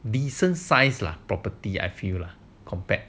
decent sized law property I feel lah compared